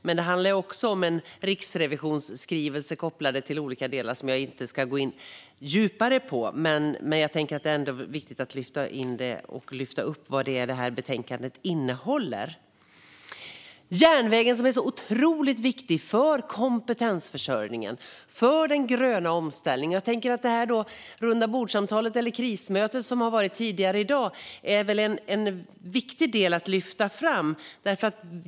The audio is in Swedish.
Men det handlar också om en riksrevisionsskrivelse kopplad till olika delar som jag inte ska gå in djupare på. Det är ändå viktigt att lyfta in det och lyfta upp vad det här betänkandet innehåller. Järnvägen är otroligt viktig för kompetensförsörjningen och för den gröna omställningen. Det rundabordssamtal eller krismöte som ägde rum tidigare i dag är en viktig del att lyfta fram.